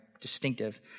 distinctive